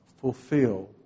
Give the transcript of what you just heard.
fulfill